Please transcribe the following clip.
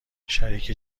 شریک